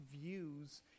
views